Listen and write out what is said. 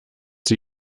sie